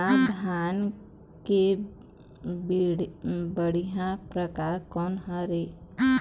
स्वर्णा धान के बढ़िया परकार कोन हर ये?